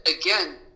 Again